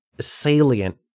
salient